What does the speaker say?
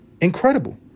Incredible